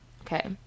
okay